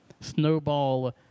Snowball